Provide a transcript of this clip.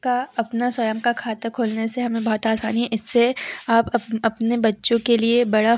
का अपना स्वयं का खाता खोलने से हमें बहुत आसानी है इससे आप अपने बच्चों के लिए बड़ा